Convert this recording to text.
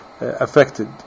affected